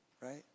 Right